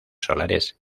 solares